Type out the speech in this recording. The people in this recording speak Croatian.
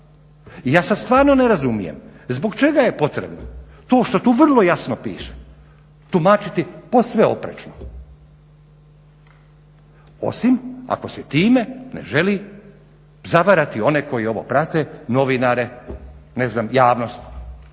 ja sada stvarno ne razumijem zbog čega je potrebno to što tu vrlo jasno piše tumačiti posve oprečno, osim ako se time ne želi zavarati one koji ovo prate novinare, ne znam javnost